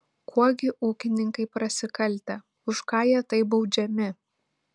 kuo gi ūkininkai prasikaltę už ką jie taip baudžiami